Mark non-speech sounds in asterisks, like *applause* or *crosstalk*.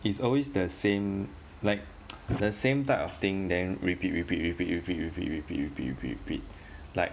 it's always the same like *noise* the same type of thing then repeat repeat repeat repeat repeat repeat repeat repeat repeat like